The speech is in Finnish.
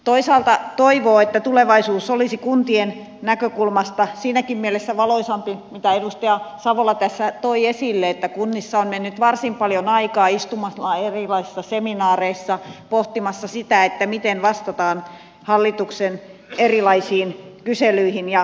toisaalta toivoo että tulevaisuus olisi kuntien näkökulmasta siinäkin mielessä valoisampi mitä edustaja savola tässä toi esille että kunnissa on mennyt varsin paljon aikaa istumiseen erilaisissa seminaareissa pohtimassa sitä miten vastataan hallituksen erilaisiin kyselyihin ja pyyntöihin